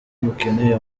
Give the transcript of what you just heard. mukeneye